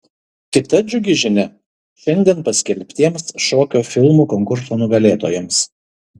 kita džiugi žinia šiandien paskelbtiems šokio filmų konkurso nugalėtojams